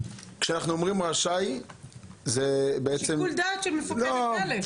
כשאנחנו אומרים רשאי --- זה שיקול דעת של מפקד הכלא.